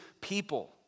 people